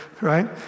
right